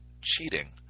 cheating